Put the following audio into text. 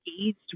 engaged